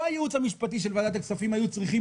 לא הייעוץ המשפטי של ועדת הכספים היו צריכים